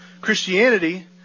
Christianity